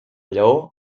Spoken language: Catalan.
lleó